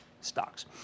stocks